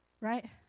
right